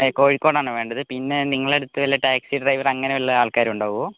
കോഴിക്കോടാണു വേണ്ടത് പിന്നെ നിങ്ങളുടെ അടുത്ത് വല്ല ടാക്സി ഡ്രൈവർ അങ്ങനെ വല്ല ആൾക്കാരുമുണ്ടാകുവോ